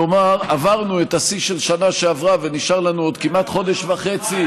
כלומר עברנו את השיא של השנה שעברה ונשאר לנו עוד כמעט חודש וחצי,